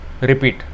repeat